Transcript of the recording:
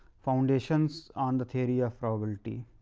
foundations on the theory of probability.